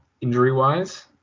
injury-wise